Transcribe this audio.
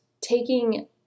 taking